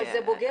אבל זה פוגע.